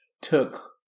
took